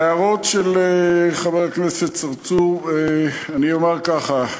להערות של חבר הכנסת צרצור, אני אומר ככה: